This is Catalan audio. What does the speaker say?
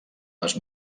les